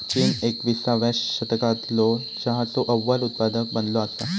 चीन एकविसाव्या शतकालो चहाचो अव्वल उत्पादक बनलो असा